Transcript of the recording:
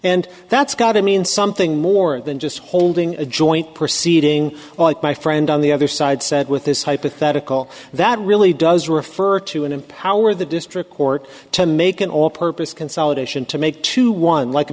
and that's got to mean something more than just holding a joint proceeding like my friend on the other side said with this hypothetical that really does refer to and empower the district court to make an all purpose consolidation to make to one like a